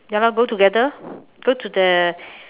ya lor go together go to the